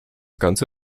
ganze